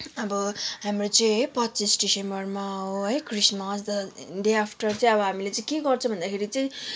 अब हाम्रो चाहिँ है पच्चिस दिसम्बरमा हो है क्रिसम्स डे आफ्टर चाहिँ अब हामीले चाहिँ के गर्छौँ भन्दाखेरि चाहिँ